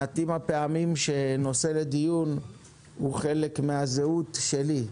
מעטות הפעמים שנושא לדיון הוא חלק מהזהות שלי.